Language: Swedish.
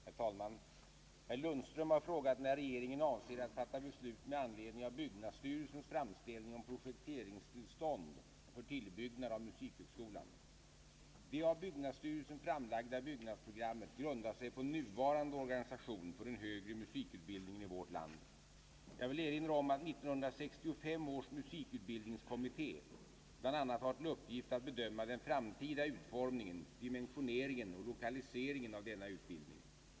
Herr talman! Herr Lundström har frågat när regeringen avser att fatta beslut med anledning av byggnadsstyrelsens framställning om projekteringstilistånd för tillbyggnad av musikhögskolan. Det av byggnadsstyrelsen framlagda byggnadsprogrammet grundar sig på nuvarande organisation för den högre musikutbildningen i vårt land. Jag vill erinra om att 1965 års musikutbildningskommitté bl.a. har till uppgift att bedöma den framtida utformningen, dimensioneringen och lokaliseringen av denna utbildning.